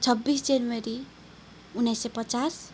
छब्बिस जनवरी उन्नाइस सय पचास